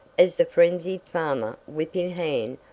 as the frenzied farmer, whip in hand,